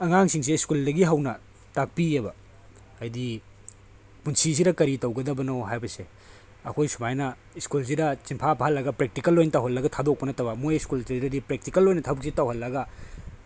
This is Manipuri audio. ꯑꯉꯥꯡꯁꯤꯡꯁꯦ ꯁ꯭ꯀꯨꯜꯗꯒꯤ ꯍꯧꯅ ꯇꯥꯛꯄꯤꯑꯦꯕ ꯍꯥꯏꯕꯗꯤ ꯄꯨꯟꯁꯤꯁꯤꯗ ꯀꯔꯤ ꯇꯧꯒꯗꯕꯅꯣ ꯍꯥꯏꯕꯁꯦ ꯑꯩꯈꯣꯏ ꯁꯨꯃꯥꯏꯅ ꯁ꯭ꯀꯨꯜꯁꯤꯗ ꯆꯤꯟꯐꯥ ꯐꯍꯜꯂꯒ ꯄ꯭ꯔꯦꯛꯇꯤꯀꯜ ꯑꯣꯏꯅ ꯇꯧꯍꯜꯂꯒ ꯊꯥꯗꯣꯛꯄ ꯅꯠꯇꯕ ꯃꯣꯏ ꯁ꯭ꯀꯨꯜ ꯁꯤꯗꯩꯗꯗꯤ ꯄ꯭ꯔꯦꯛꯇꯤꯀꯜ ꯑꯩꯈꯣꯏꯅ ꯊꯕꯛꯁꯤ ꯇꯧꯍꯜꯂꯒ